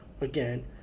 again